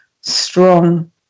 strong